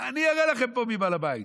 אני אראה לכם פה מי בעל הבית,